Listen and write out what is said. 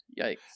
Yikes